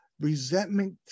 Resentment